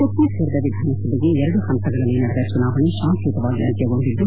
ಛತ್ತೀಸ್ಫಡದ ವಿಧಾನಸಭೆಗೆ ಎರಡು ಹಂತಗಳಲ್ಲಿ ನಡೆದ ಚುನಾವಣೆ ಶಾಂತಿಯುತವಾಗಿ ಅಂತ್ಲಗೊಂಡಿದ್ದು